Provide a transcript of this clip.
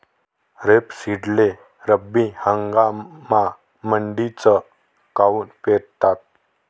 रेपसीडले रब्बी हंगामामंदीच काऊन पेरतात?